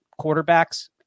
quarterbacks